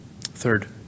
Third